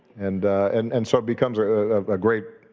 and and and so it becomes a great